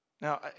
Now